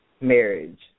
marriage